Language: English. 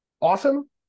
awesome